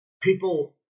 People